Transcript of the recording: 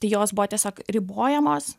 tai jos buvo tiesiog ribojamos